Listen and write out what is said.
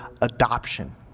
adoption